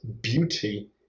beauty